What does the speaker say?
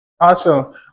Awesome